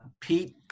Pete